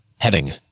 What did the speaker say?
heading